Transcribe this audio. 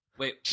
Wait